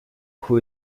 who